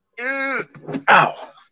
Ow